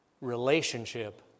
relationship